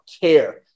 care